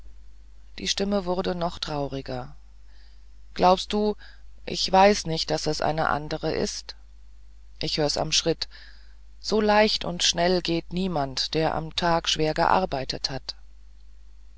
die stimme wurde noch trauriger glaubst du ich weiß nicht daß es eine andere ist ich hör's am schritt so leicht und schnell geht niemand der am tag schwer gearbeitet hat